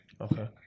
Okay